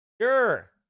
Sure